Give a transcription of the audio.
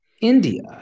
India